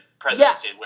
presidency